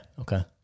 Okay